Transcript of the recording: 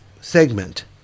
segment